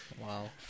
Wow